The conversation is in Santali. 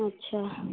ᱟᱪᱪᱷᱟ